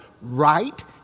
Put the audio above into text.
Right